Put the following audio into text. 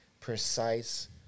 Precise